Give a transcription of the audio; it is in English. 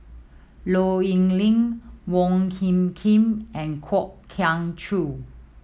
Low Yen Ling Wong Hung Khim and Kwok Kian Chow